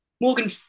Morgan